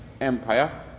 Empire